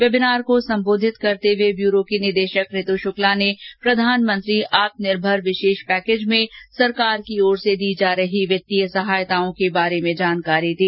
webinar को संबोधित करते हुए ब्यूरो की निदेशक ऋतु शुक्ला ने प्रधानमंत्री आत्मनिर्भर विशेष पैकेज में सरकार की ओर से दी जा रही वित्तीय सहायताओं के बारे में जानकारी दी